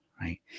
right